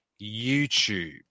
YouTube